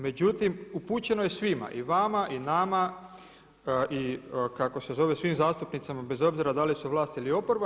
Međutim, upućeno je svima i vama i nama i kako se zove svim zastupnicima bez obzira da li su vlas ili oporba.